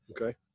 Okay